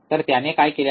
तर त्याने काय केले आहे